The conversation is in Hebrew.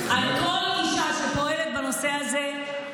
כל אישה שפועלת בנושא הזה,